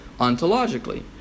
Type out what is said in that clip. ontologically